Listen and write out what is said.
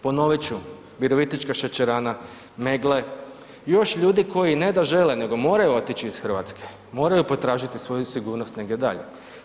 Ponovit ću Virovitička šećerana, Meggle i još ljudi koji ne da žele nego moraju otići iz Hrvatske, moraju potražiti svoju sigurnost negdje dalje.